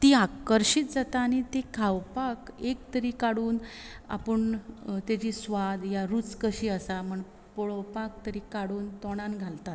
ती आकर्शीत जाता आनी ती खावपाक एक तरी काडून आपूण ताजी स्वादा रूच कशी आसा म्हूण पळोवपाक तरी काडून तोंडान घालतात